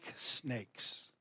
snakes